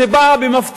זה בא במפתיע,